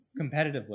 Competitively